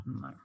No